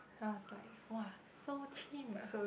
then I was like !wah! so chim ah